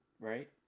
right